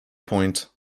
point